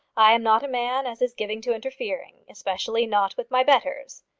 i am not a man as is given to interfering especially not with my betters.